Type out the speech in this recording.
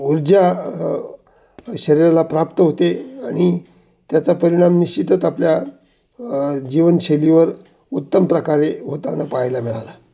ऊर्जा शरीराला प्राप्त होते आणि त्याचा परिणाम निश्चितच आपल्या जीवनशैलीवर उत्तम प्रकारे होताना पाहायला मिळाला